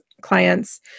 clients